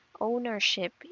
ownership